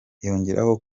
yongeraho